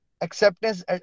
Acceptance